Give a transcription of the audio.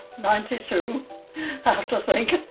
ninety two, i have to think,